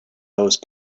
those